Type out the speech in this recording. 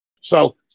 So-